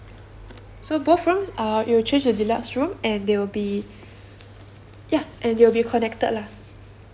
so both rooms uh you'll change to deluxe room and there will be ya and it'll be connected lah